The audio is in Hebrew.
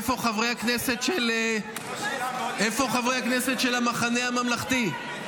איפה חברי הכנסת של המחנה הממלכתי?